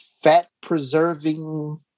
fat-preserving